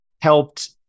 helped